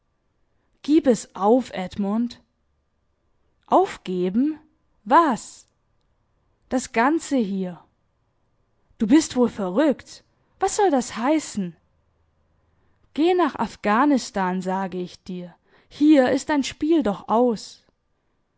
gib es auf edmund aufgeben was das ganze hier du bist wohl verrückt was soll das heißen geh nach afghanistan sage ich dir hier ist dein spiel doch aus